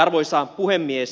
arvoisa puhemies